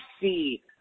see